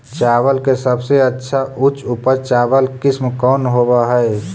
चावल के सबसे अच्छा उच्च उपज चावल किस्म कौन होव हई?